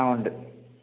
ആ ഉണ്ട്